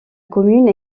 commune